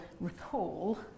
recall